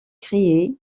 créé